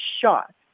shot